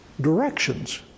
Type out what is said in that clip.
directions